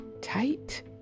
tight